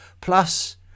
Plus